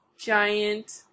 giant